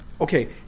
Okay